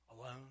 alone